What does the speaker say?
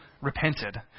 repented